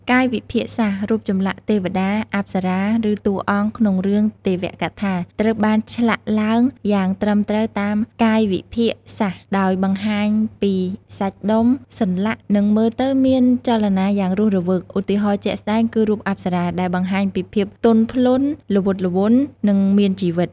កាយវិភាគសាស្ត្រ រូបចម្លាក់ទេវតា អប្សរា ឬតួអង្គក្នុងរឿងទេវកថា ត្រូវបានឆ្លាក់ឡើងយ៉ាងត្រឹមត្រូវតាមកាយវិភាគសាស្ត្រ ដោយបង្ហាញពីសាច់ដុំ សន្លាក់ និងមើលទៅមានចលនាយ៉ាងរស់រវើក ឧទាហរណ៍ជាក់ស្ដែងគឺរូបអប្សរា ដែលបង្ហាញពីភាពទន់ភ្លន់ ល្វត់ល្វន់ និងមានជីវិត។